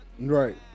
Right